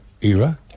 era